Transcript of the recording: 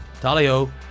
talio